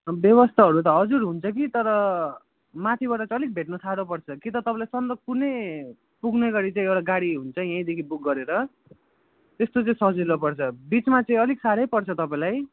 अब व्यवस्थाहरू त हजुर हुन्छ कि तर माथिबाट चाहिँ अलिक भेट्न साह्रो पर्छ कि तपाईँलाई सन्दकफू नै पुग्ने गरी चाहिँ एउटा गाडी हुन्छ यहीँदेखि बुक गरेर त्यस्तो चाहिँ सजिलो पर्छ बिचमा चाहिँ अलिक साह्रै पर्छ तपाईँलाई